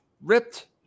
ripped